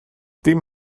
dim